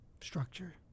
structure